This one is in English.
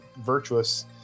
virtuous